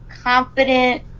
confident